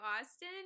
austin